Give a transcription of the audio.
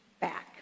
back